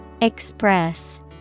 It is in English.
Express